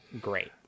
great